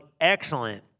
excellent